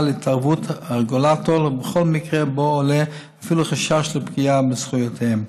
להתערבות הרגולטור בכל מקרה שבו עולה אפילו חשש לפגיעה בזכויותיהם.